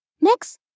Next